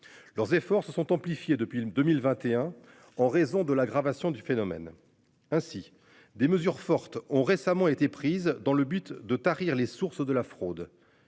Leurs efforts se sont amplifiés depuis le 2021 en raison de l'aggravation du phénomène. Ainsi, des mesures fortes ont récemment été prise dans le but de tarir les sources de la fraude.--